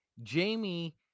Jamie